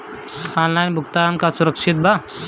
Online भुगतान का सुरक्षित बा?